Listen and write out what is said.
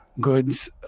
goods